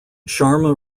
sharma